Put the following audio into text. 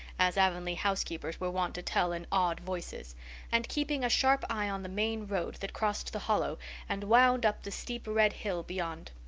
as avonlea housekeepers were wont to tell in awed voices and keeping a sharp eye on the main road that crossed the hollow and wound up the steep red hill beyond.